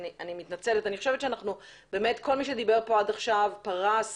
אני חושבת שבאמת כל מי שדיבר פה עד עכשיו פרס